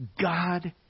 God